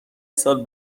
سال